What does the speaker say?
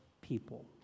people